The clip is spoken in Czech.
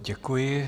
Děkuji.